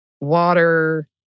water